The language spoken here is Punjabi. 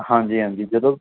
ਹਾਂਜੀ ਹਾਂਜੀ ਜਦੋਂ